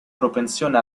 propensione